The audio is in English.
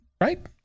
right